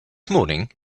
morning